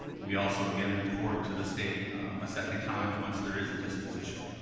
we also again report to the state a second time once there is a disposition.